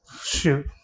Shoot